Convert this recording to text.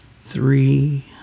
three